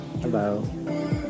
Hello